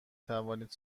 توانید